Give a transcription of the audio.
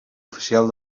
oficial